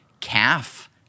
calf